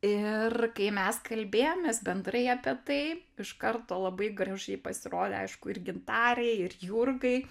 ir kai mes kalbėjomės bendrai apie tai iš karto labai gražiai pasirodė aišku ir gintarei ir jurgai